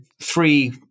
three